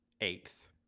eighth